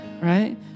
right